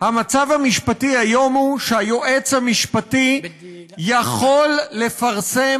המצב המשפטי היום הוא שהיועץ המשפטי יכול לפרסם